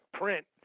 print